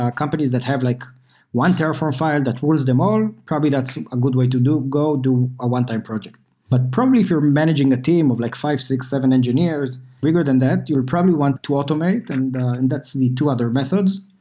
ah companies that have like one terraform that rules them all. probably that's a good way to go do a one-time project. but probably if you're managing a team of like five, six, seven engineers, bigger than that, you'll probably want to automate, and and that's the two other methods.